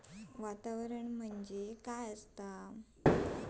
वातावरण म्हणजे काय असा?